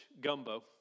gumbo